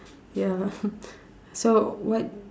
ya so what